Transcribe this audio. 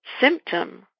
symptom